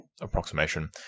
approximation